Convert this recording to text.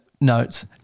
notes